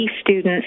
students